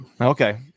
Okay